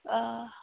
آ